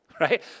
right